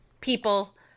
people